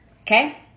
Okay